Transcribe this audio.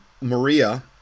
Maria